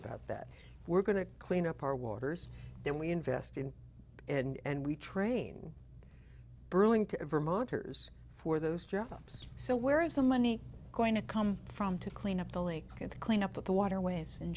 about that we're going to clean up our waters then we invest in and we train burling to vermonters for those jobs so where is the money going to come from to clean up the lake and the cleanup of the waterways and